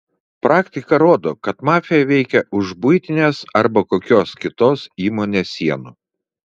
praktika rodo kad mafija veikia už buitinės arba kokios kitos įmonės sienų